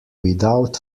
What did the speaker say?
without